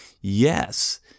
Yes